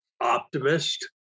optimist